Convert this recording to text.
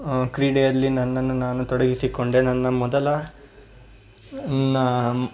ಕ್ರೀಡೆಯಲ್ಲಿ ನನ್ನನ್ನು ನಾನು ತೊಡಗಿಸಿಕೊಂಡೆ ನನ್ನ ಮೊದಲ ನ